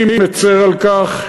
אני מצר על כך.